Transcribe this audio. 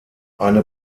eine